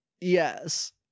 Yes